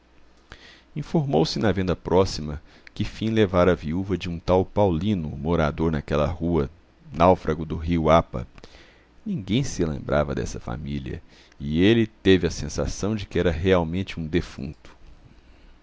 informou-se na venda próxima que fim levara a viúva de um tal paulino morador naquela rua náufrago do rio apa ninguém se lembrava dessa família e ele tevei a sensação de que era realmente um defunto